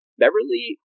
beverly